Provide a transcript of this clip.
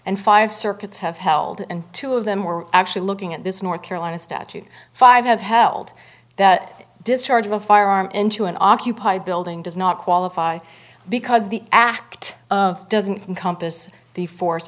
and five circuits have held and two of them were actually looking at this north carolina statute five have held that discharge of a firearm into an occupied building does not qualify because the act of doesn't encompass the force